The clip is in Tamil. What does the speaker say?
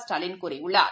ஸ்டாலின் கூறியுள்ளார்